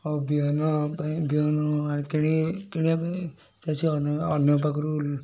ଆଉ ବିହନ ପାଇଁ ବିହନ ଆଣ କିଣି କିଣିବା ପାଇଁ ଚାଷୀ ଅନ୍ୟ ଅନ୍ୟ ପାଖରୁ